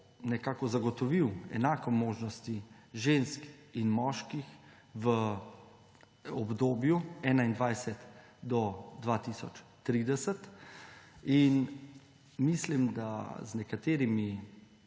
nekako zagotovil enake možnosti žensk in moških v obdobju 2021 do 2030. Mislim, da z nekaterimi